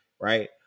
Right